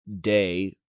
day